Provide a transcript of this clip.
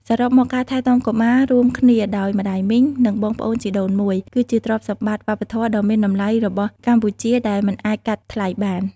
សរុបមក ការថែទាំកុមាររួមគ្នាដោយម្ដាយមីង និងបងប្អូនជីដូនមួយ គឺជាទ្រព្យសម្បត្តិវប្បធម៌ដ៏មានតម្លៃរបស់កម្ពុជាដែលមិនអាចកាត់ថ្លៃបាន។